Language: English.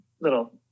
little